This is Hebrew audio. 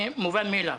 מובן מאליו,